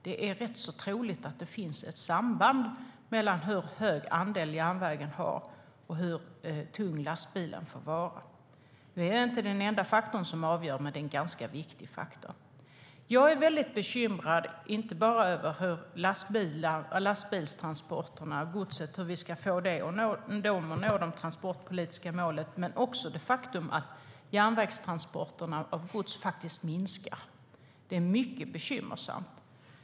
Det är rätt så troligt att det finns ett samband mellan hur hög andel järnvägen har och hur tung lastbilen får vara. Nu är det inte den enda faktor som avgör, men det är en ganska viktig faktor. Jag är väldigt bekymrad, inte bara över hur vi ska få lastbilstransporterna av gods att nå de transportpolitiska målen, utan också över det faktum att järnvägstransporterna av gods faktiskt minskar. Det är mycket bekymmersamt.